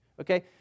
okay